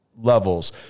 levels